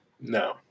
No